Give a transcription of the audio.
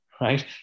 right